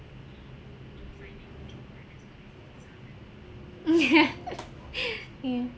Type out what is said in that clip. yeah